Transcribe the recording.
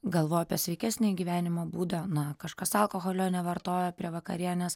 galvoja apie sveikesnį gyvenimo būdą na kažkas alkoholio nevartojo prie vakarienės